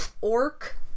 orc